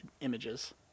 images